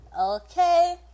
Okay